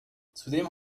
zudem